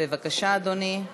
בבקשה, אדוני.